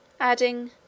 adding